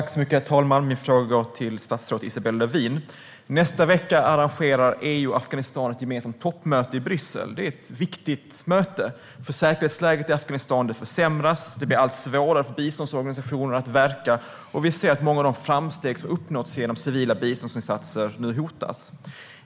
Herr talman! Min fråga går till statsrådet Isabella Lövin. Nästa vecka arrangerar EU och Afghanistan ett gemensamt toppmöte i Bryssel. Det är ett viktigt möte, för säkerhetsläget i Afghanistan försämras. Det blir allt svårare för biståndsorganisationer att verka, och vi ser att många av de framsteg som har uppnåtts genom civila biståndsinsatser nu hotas.